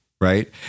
Right